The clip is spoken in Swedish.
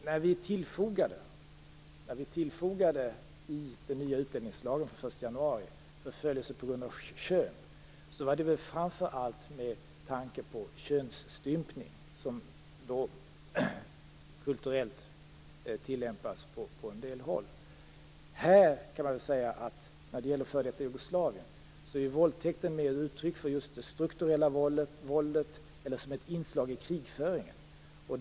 När vi i den nya utlänningslagen från den första januari tillfogade förföljelse på grund av kön var det framför allt med tanke på könsstympning, som kulturellt tillämpas på en del håll. När det gäller f.d. Jugoslavien kan man säga att våldtäkt mer är ett uttryck för strukturellt våld eller används som ett inslag i krigföringen.